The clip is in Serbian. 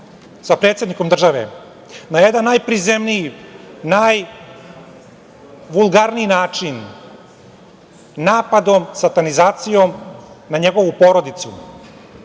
sa predsednikom države na jedan najprizemniji, najvulgarniji način, napadom, satanizacijom na njegovu porodicu,